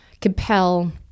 compel